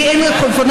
לי אין אופניים,